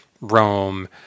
Rome